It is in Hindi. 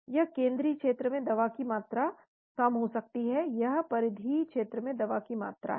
यह केंद्रीय क्षेत्र में दवा की मात्रा हो सकती है यह परिधीय क्षेत्र में दवा की मात्रा है